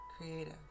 creative